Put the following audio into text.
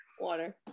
Water